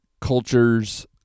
culture's